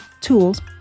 tools